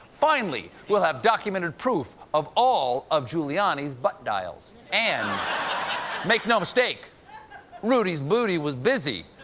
finally, we'll have documented proof of all of giuliani's butt dials. and make no mistake rudy's booty was busy.